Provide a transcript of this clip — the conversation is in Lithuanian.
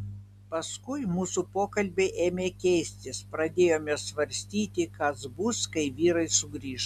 paskui mūsų pokalbiai ėmė keistis pradėjome svarstyti kas bus kai vyrai sugrįš